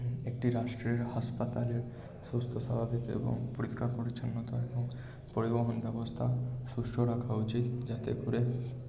একটি রাষ্ট্রের হাসপাতালের সুস্থ স্বাভাবিক এবং পরিষ্কার পরিচ্ছন্নতা এবং পরিবহন ব্যবস্থা সুস্থ রাখা উচিত যাতে করে